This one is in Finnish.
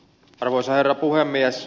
arvoisa herra puhemies